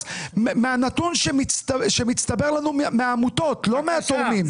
מהנתון שמצטבר לנו מעמותות לא מהתורמים.